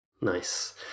Nice